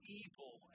evil